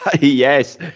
Yes